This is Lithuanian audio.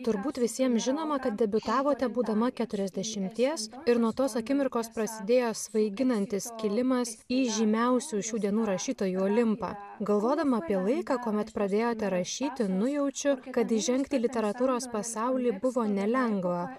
turbūt visiems žinoma kad debiutavote būdama keturiasdešimties ir nuo tos akimirkos prasidėjo svaiginantis kilimas į žymiausių šių dienų rašytojų olimpą galvodama apie laiką kuomet pradėjote rašyti nujaučiu kad įžengti į literatūros pasaulį buvo nelengva